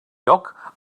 lloc